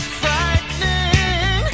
frightening